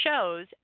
shows